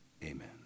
Amen